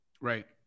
Right